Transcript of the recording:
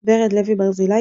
ורד לוי-ברזילי,